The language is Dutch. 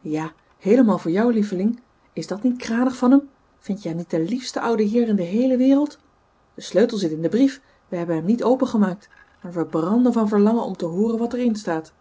ja heelemaal voor jou lieveling is dat niet kranig van hem vind je hem niet den liefsten ouden man in de heele wereld de sleutel zit in den brief we hebben hem niet opengemaakt maar we branden van verlangen om te hooren wat er in staat